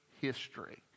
history